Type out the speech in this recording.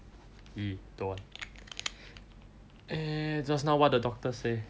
!ee! don't want err just now what the doctor say